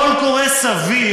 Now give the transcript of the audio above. כל קורא סביר,